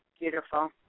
Beautiful